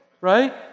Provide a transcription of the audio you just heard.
right